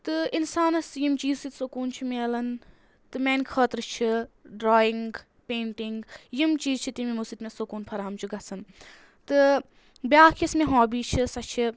تہٕ اِنسانَس یِیٚمہِ چیٖز سۭتۍ سَکوٗن چھُ میلان تہٕ میٛانہِ خٲطرٕ چھِ ڈرٛایِنٛگ پینٛٹنٛگ یِم چیٖز چھِ تِم یِمو سۭتۍ مےٚ سکوٗن فراہم چھُ گژھان تہٕ بیٚاکھ یۄس مےٚ ہابی چھِ سۄ چھِ